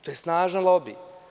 To je snažan lobi.